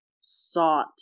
sought